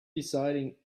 deciding